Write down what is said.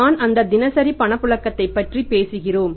நான் அந்த தினசரி பணப்புழக்கத்தை பற்றி பேசுகிறோம்